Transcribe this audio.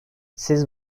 siz